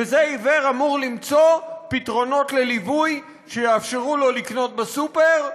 בזה עיוור אמור למצוא פתרונות לליווי שיאפשרו לו לקנות בסופר,